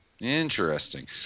Interesting